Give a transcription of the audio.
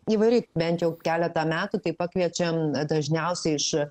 įvairiai bent jau keletą metų tai pakviečiam dažniausiai iš